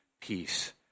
peace